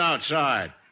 Outside